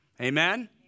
Amen